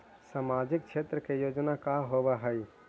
सामाजिक क्षेत्र के योजना का होव हइ?